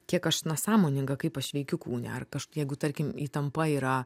kiek aš na sąmoninga kaip aš veikiu kūne ar kaš jeigu tarkim įtampa yra